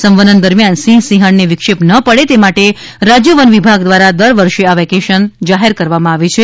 સંવનન દરમિયાન સિંહ સિંહણ ને વિક્ષેપ ના પડે તે માટે રાજ્ય વન વિભાગ દ્વારા દર વર્ષે આ વેકેશન જાહેર કરવામાં આવે છે